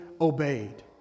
obeyed